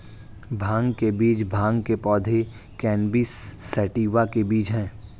भांग के बीज भांग के पौधे, कैनबिस सैटिवा के बीज हैं